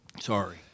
sorry